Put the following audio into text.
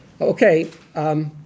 Okay